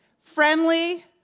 Friendly